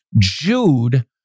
Jude